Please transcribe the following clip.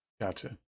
gotcha